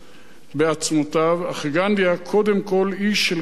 אך גנדי היה קודם כול איש של כלל ישראל,